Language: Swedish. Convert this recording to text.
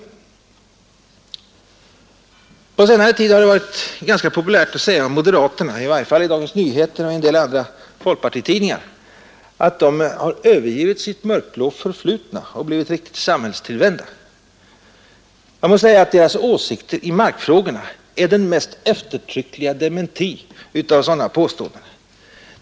På senare tid har det varit väldigt populärt att säga om moderaterna — i varje fall i DN och i en del andra folkpartitidningar — att de numera har övergivit sitt mörkblå förflutna och blivit riktigt samhällstillvända. Jag vill säga att deras åsikter i markfrågorna är den eftertryckliga dementin av sådana påståenden.